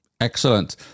Excellent